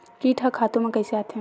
कीट ह खातु म कइसे आथे?